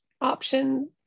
option